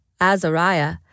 Azariah